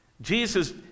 Jesus